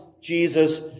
Jesus